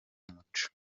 umuco